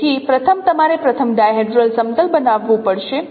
તેથી પ્રથમ તમારે પ્રથમ ડાયહેડ્રલ સમતલ બનાવવું પડશે